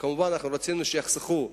מובן שרצינו שיחסכו,